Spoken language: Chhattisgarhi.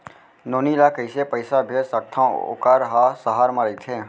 नोनी ल कइसे पइसा भेज सकथव वोकर ह सहर म रइथे?